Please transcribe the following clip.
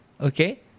okay